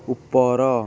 ଉପର